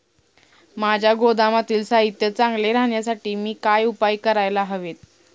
माझ्या गोदामातील साहित्य चांगले राहण्यासाठी मी काय उपाय काय करायला हवेत?